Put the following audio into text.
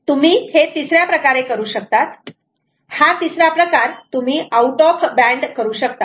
तुम्ही हे तिसर्या प्रकारे करू शकतात हा तिसरा प्रकार तुम्ही आऊट ऑफ बँड करू शकतात